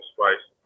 Spice